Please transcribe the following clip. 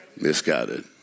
Misguided